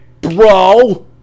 bro